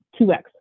2x